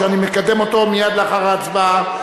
שאני מקדם אותו מייד לאחר ההצבעה,